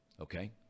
Okay